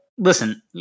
Listen